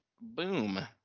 boom